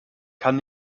kann